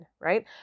right